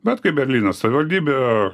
bet kai berlyno savivaldybė